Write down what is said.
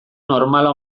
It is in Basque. normala